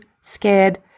scared